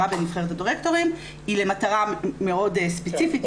למטרה מאוד ספציפית,